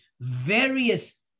various